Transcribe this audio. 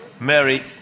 Mary